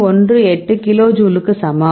18 kilo ஜூலுக்கு சமம்